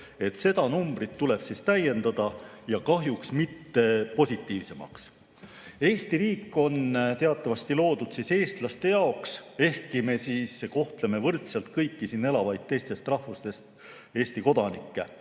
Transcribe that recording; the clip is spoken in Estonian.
Seda numbrit tuleb täiendada ja kahjuks mitte positiivsemaks. Eesti riik on teatavasti loodud eestlaste jaoks, ehkki me kohtleme võrdselt kõiki siin elavaid teistest rahvustest Eesti kodanikke.